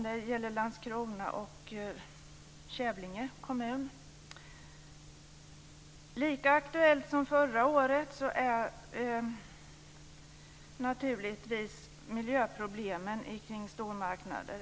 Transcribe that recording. Det gäller Landskrona och Kävlinge kommuner. Miljöproblemen kring stormarknader är naturligtvis lika aktuella nu som förra året.